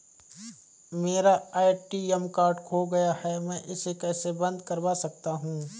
मेरा ATM card खो गया है मैं इसे कैसे बंद करवा सकता हूँ?